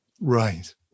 Right